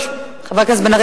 חבר הכנסת בן-ארי,